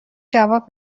جواب